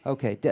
Okay